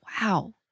Wow